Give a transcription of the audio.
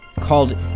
called